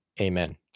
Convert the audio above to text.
Amen